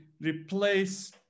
replace